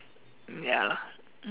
ya lah